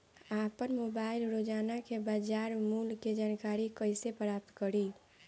आपन मोबाइल रोजना के बाजार मुल्य के जानकारी कइसे प्राप्त करी?